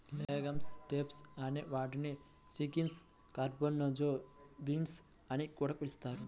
legumes types అనే వాటిని chickpeas, garbanzo beans అని కూడా పిలుస్తారు